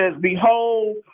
Behold